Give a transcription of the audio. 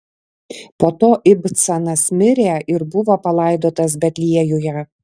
po to ibcanas mirė ir buvo palaidotas betliejuje